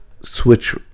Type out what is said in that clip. Switch